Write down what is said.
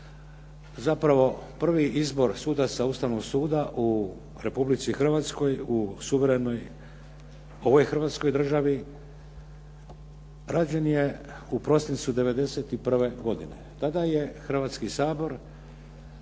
zapravo prvi izbor sudaca Ustavnog suda u Republici Hrvatskoj u suverenoj ovoj Hrvatskoj državi, rađen je u prosincu '91. godine. tada je Hrvatski sabora